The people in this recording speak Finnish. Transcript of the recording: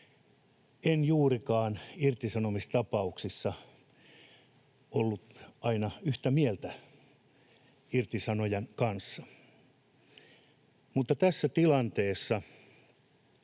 en juurikaan irtisanomistapauksissa ollut aina yhtä mieltä irtisanojan kanssa. Mutta tässä tilanteessa